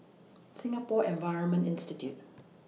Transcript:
Singapore Environment Institute